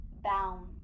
bound